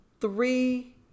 three